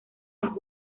los